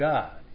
God